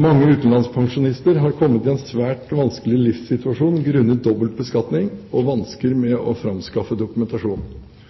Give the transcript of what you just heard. Mange utenlandspensjonister har kommet i en svært vanskelig livssituasjon grunnet dobbelt beskatning og vansker med å framskaffe dokumentasjon.